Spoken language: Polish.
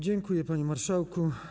Dziękuję, panie marszałku.